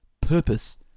purpose